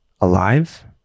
alive